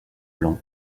blanc